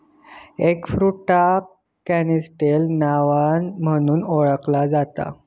एगफ्रुटाक canistel नावान म्हणुन ओळखला जाता